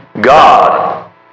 God